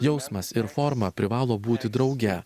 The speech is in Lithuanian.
jausmas ir forma privalo būti drauge